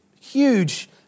huge